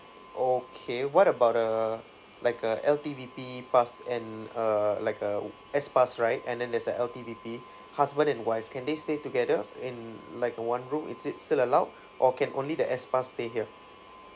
okay what about uh like a L_T_V_P pass and uh like a S pass right and then there's a L_T_V_P husband and wife can they stay together in like one room is it still allowed or can only the S pass stay here